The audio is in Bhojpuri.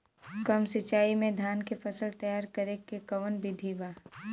कम सिचाई में धान के फसल तैयार करे क कवन बिधि बा?